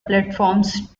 platforms